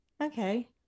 okay